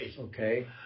Okay